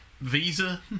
visa